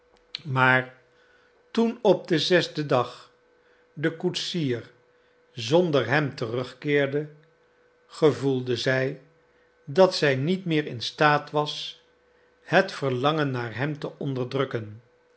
maar toen op den zesden dag de koetsier zonder hem terugkeerde gevoelde zij dat zij niet meer in staat was het verlangen naar hem te onderdrukken